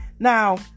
Now